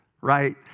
right